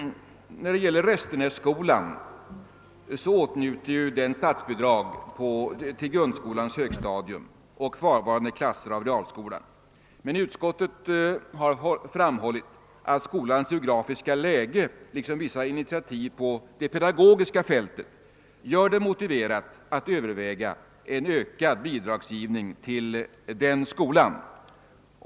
Restenässkolan åtnjuter ju statsbidrag till grundskolans högstadium och kvarvarande klasser av realskolan. Men utskottet har framhållit att skolans geografiska läge liksom vissa initiativ på det pedagogiska fältet gör det motiverat att överväga en ökad bidragsgiv ning till skolan.